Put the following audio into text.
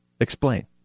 Explain